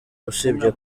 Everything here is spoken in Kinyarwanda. usibye